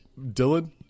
Dylan